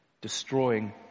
destroying